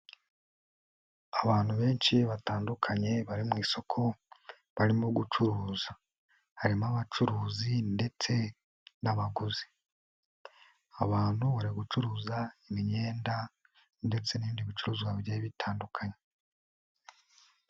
Abantu benshi batandukanye bari mu isoko. barimo gucuruza harimo abacuruzi ndetse n'abaguzi. Abantu bari gucuruza imyenda ndetse n'ibindi bicuruzwa bigiye bitandukanye.